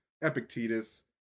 Epictetus